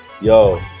Yo